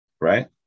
right